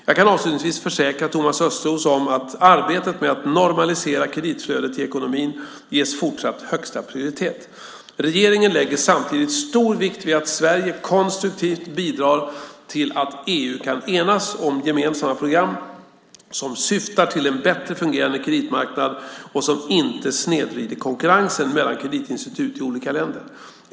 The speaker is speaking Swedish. Jag kan avslutningsvis försäkra Thomas Östros om att arbetet med att normalisera kreditflödet i ekonomin ges fortsatt högsta prioritet. Regeringen lägger samtidigt stor vikt vid att Sverige konstruktivt bidrar till att EU kan enas om gemensamma program som syftar till en bättre fungerande kreditmarknad och som inte snedvrider konkurrensen mellan kreditinstitut i olika länder.